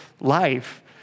life